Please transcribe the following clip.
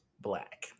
black